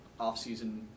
offseason